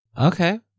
Okay